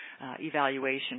evaluation